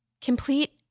complete